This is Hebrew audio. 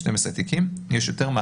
12 תיקים,